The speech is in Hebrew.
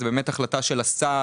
זאת באמת החלטה של השר,